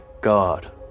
God